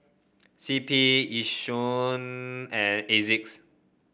C P Yishion and Asics